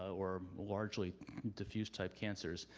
or largely diffused type cancers,